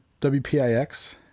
WPIX